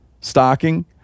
stocking